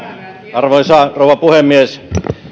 arvoisa rouva puhemies